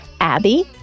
Abby